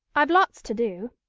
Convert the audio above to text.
i've lots to do.